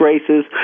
races